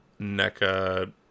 NECA